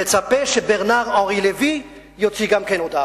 תצפה שברנאר אנרי לוי יוציא גם כן הודעה.